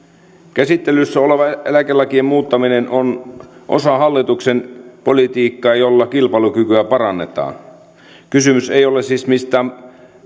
käsittelyssä oleva eläkelakien muuttaminen on osa hallituksen politiikkaa jolla kilpailukykyä parannetaan kysymys ei ole siis mistään